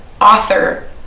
author